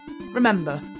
Remember